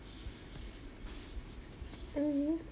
then